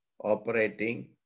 operating